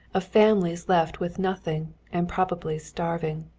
of families left with nothing and probably starving.